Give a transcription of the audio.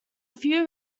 few